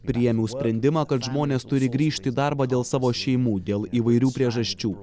priėmiau sprendimą kad žmonės turi grįžti į darbą dėl savo šeimų dėl įvairių priežasčių